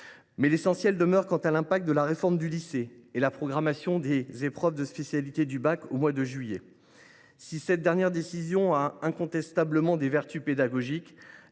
Mais l’essentiel réside dans l’impact de la réforme du lycée et la programmation des épreuves de spécialité du bac au mois de juillet. Si cette dernière décision a incontestablement des vertus pédagogiques,